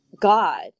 God